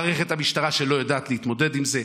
מערכת המשטרה לא יודעת להתמודד עם זה.